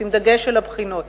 לשים דגש על הבחינות,